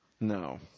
No